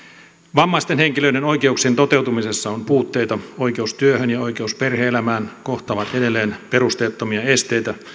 vammaisten henkilöiden oikeuksien toteutumisessa on puutteita oikeus työhön ja oikeus perhe elämään kohtaavat edelleen perusteettomia esteitä